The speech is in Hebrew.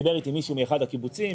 דיבר איתי מישהו מאחד הקיבוצים,